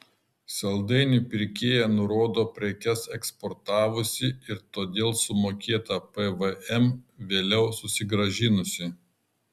saldainių pirkėja nurodo prekes eksportavusi ir todėl sumokėtą pvm vėliau susigrąžinusi